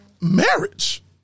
marriage